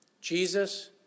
Jesus